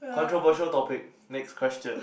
controversial topic next question